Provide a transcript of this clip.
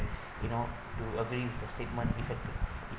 you know to agree with the statement effective